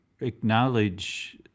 acknowledge